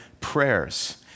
prayers